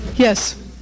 Yes